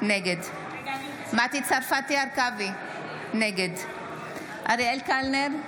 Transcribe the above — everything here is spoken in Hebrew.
נגד מטי צרפתי הרכבי, נגד אריאל קלנר,